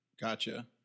Gotcha